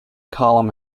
column